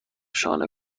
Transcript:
شانه